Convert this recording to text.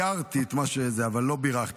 תיארתי את מה שזה, אבל לא בירכתי.